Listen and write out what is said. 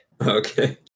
okay